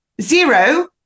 Zero